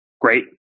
great